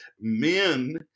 men